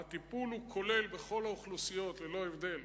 הטיפול הוא כולל, בכל האוכלוסיות, ללא הבדל.